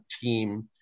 team